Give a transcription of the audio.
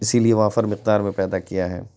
اسی لیے وافر مقدار میں پیدا کیا ہے